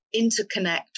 interconnect